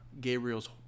Gabriel's